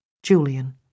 Julian